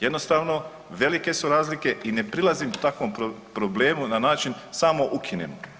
Jednostavno velike su razlike i ne prilazim takvom problemu na način samo ukinemo.